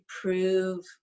prove